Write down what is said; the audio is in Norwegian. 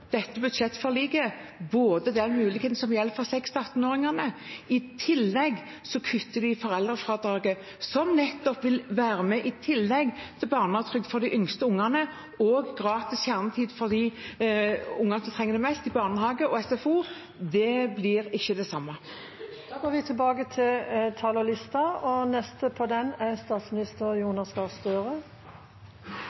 dette. Nå stopper dette budsjettforliket den muligheten som gjelder for 6–18-åringene. I tillegg kutter de foreldrefradraget, som nettopp ville ha kommet i tillegg til barnetrygden for de yngste ungene. Gratis kjernetid for de ungene som trenger det mest i barnehage og SFO, blir ikke det samme. Replikkordskiftet er omme. Hurdalsplattformen peker ut en ny og mer rettferdig retning for landet, og statsbudsjettet for 2022 er